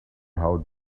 how